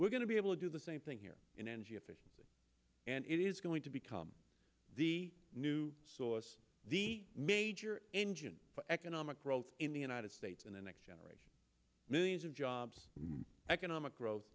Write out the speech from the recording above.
we're going to be able to do the same thing here in energy efficiency and it is going to become the new major engine for economic growth in the united states in the next generation millions of jobs and economic growth